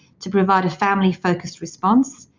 to provide a family focused response,